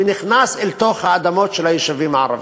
ונכנס אל תוך האדמות של היישובים הערביים.